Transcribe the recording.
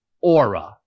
aura